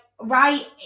right